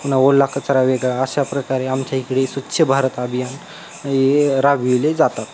पुन्हा ओला कचरा वेगळा अशाप्रकारे आमच्या इकडे स्वच्छ भारत अभियान हे राबविले जातात